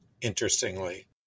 interestingly